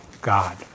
God